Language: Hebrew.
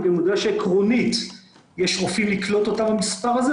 אני גם יודע שעקרונית יש רופאים לקלוט אותם במספר הזה,